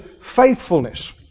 faithfulness